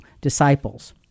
disciples